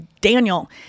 Daniel